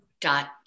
dot